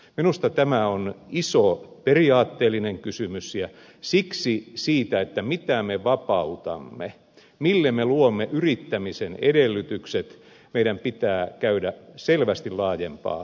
minusta tämä on iso periaatteellinen kysymys ja siksi siitä mitä me vapautamme mille me luomme yrittämisen edellytykset meidän pitää käydä selvästi laajempaa keskustelua